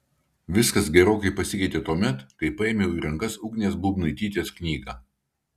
viskas gerokai pasikeitė tuomet kai paėmiau į rankas ugnės būbnaitytės knygą